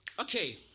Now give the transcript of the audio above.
Okay